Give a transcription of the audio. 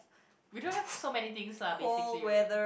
we don't have so many things lah basically